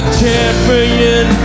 champion